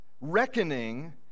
reckoning